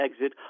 exit